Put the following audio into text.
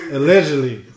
Allegedly